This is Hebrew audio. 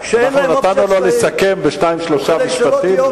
נתנו לו לסכם בשניים-שלושה משפטים,